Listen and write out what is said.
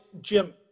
Jim